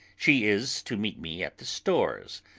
she is to meet me at the stores,